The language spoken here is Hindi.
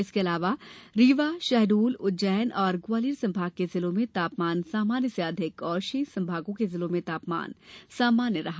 इसक अलावा रीवा शहडोल उज्जैन और ग्वालियर संभाग के जिलों में तापमान सामान्य से अधिक तथा शेष संभागों के जिलों में तापमान सामान्य रहा